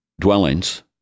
dwellings